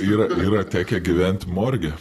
yra yra tekę gyvent morge